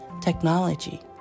technology